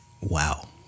Wow